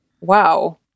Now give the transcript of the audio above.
Wow